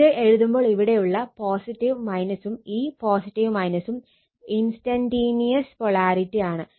ഇത് എഴുതുമ്പോൾ ഇവിടെയുള്ള ഉം ഈ ഉം ഇൻസ്റ്റന്റീനിയസ് പൊളാരിറ്റി ആണ്